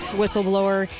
whistleblower